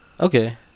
Okay